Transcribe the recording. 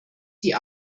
die